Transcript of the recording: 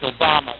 Obama